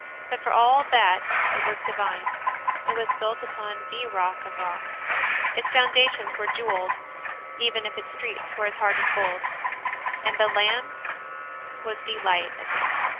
but for all that it was divine it was built upon the rock of rocks its foundations were jewelled even if its streets were as hard as gold and the lamb was the light of it.